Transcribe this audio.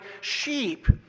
sheep